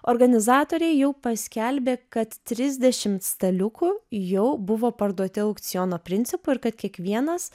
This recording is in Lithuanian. organizatoriai jau paskelbė kad trisdešimt staliukų jau buvo parduoti aukciono principu ir kad kiekvienas